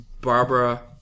Barbara